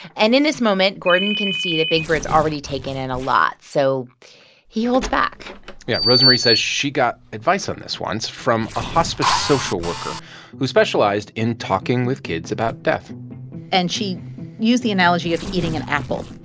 and in this moment, gordon can see that big bird's already taken in a lot. so he holds back yeah. rosemarie says she got advice on this once from a hospice social worker who specialized in talking with kids about death and she used the analogy of eating an apple.